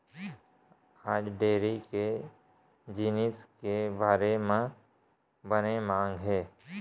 आज डेयरी के जिनिस के बजार म बने मांग हे